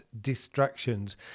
distractions